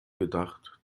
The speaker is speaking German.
gedacht